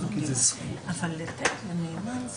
התחלת,